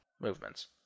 movements